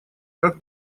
как